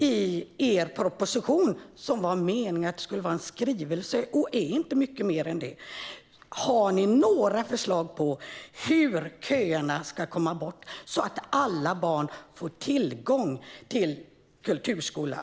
I er proposition, som egentligen skulle vara en skrivelse och inte är mycket mer än det, har ni inte ett enda förslag till hur vi ska få bort köerna så att alla barn får tillgång till kulturskolan.